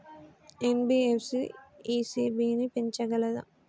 NBFC ECB ని పెంచగలదా?